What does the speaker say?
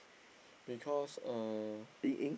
because uh